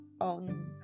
on